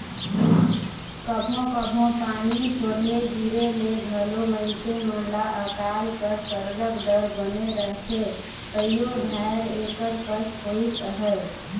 कभों कभों पानी थोरहें गिरे ले घलो मइनसे मन ल अकाल कर सरलग डर बने रहथे कइयो धाएर एकर कस होइस अहे